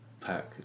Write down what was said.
pack